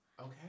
Okay